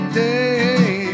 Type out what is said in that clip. day